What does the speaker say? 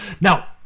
Now